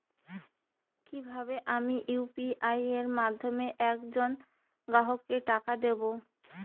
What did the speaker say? কিভাবে আমি ইউ.পি.আই এর মাধ্যমে এক জন গ্রাহককে টাকা দেবো?